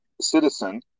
citizen